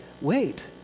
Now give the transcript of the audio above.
wait